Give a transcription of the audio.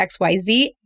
xyz